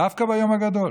דווקא ביום הגדול,